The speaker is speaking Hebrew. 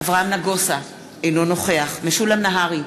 אברהם נגוסה, אינו נוכח משולם נהרי,